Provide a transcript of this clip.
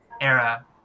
era